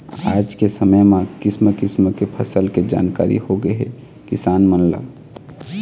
आज के समे म किसम किसम के फसल के जानकारी होगे हे किसान मन ल